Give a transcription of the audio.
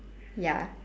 ya